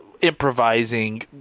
improvising